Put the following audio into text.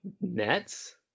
Nets